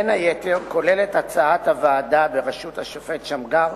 בין היתר כוללת הצעת הוועדה בראשות השופט שמגר